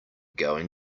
going